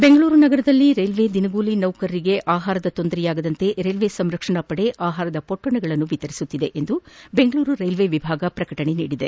ಬೆಂಗಳೂರು ನಗರದಲ್ಲಿ ರೈಲ್ವೆ ದಿನಗೂಲಿ ನೌಕರರಿಗೆ ಆಹಾರದ ತೊಂದರೆಯಾಗದಂತೆ ರೈಲ್ವೆ ಸಂರಕ್ಷಣಾ ಪಡೆ ಆಹಾರದ ಪೊಟ್ಟಣಗಳನ್ನು ವಿತರಣೆ ಮಾಡುತ್ತಿದೆ ಎಂದು ಬೆಂಗಳೂರು ರೈಲ್ವೆ ವಿಭಾಗ ಪ್ರಕಟಣೆಯಲ್ಲಿ ತಿಳಿಸಿದೆ